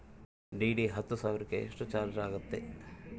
DD ಹತ್ತು ಸಾವಿರಕ್ಕೆ ಎಷ್ಟು ಚಾಜ್೯ ಆಗತ್ತೆ?